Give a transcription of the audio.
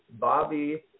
Bobby